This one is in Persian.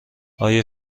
آیا